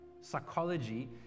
psychology